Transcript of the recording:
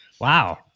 Wow